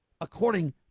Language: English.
according